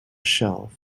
shelf